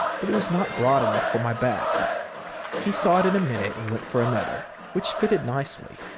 but it was not broad enough for my back he saw it in a minute and went for another, which fitted nicely.